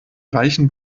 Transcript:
reichen